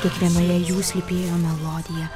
kiekvienoje jų slypėjo melodija